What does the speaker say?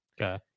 Okay